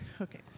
Okay